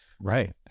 Right